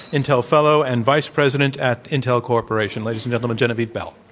intel fellow, and vice president at intel corporation. ladies and gentlemen, genevieve bell.